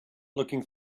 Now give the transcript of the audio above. looking